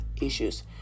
issues